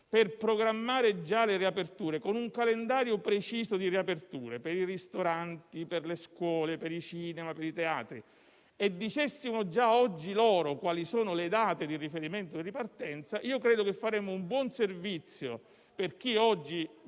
per programmare già le riaperture con un calendario preciso per i ristoranti, per le scuole, per i cinema, per i teatri e comunicassimo già oggi agli interessati quali sono le date di riferimento per la ripartenza, credo che faremmo un buon servizio per chi oggi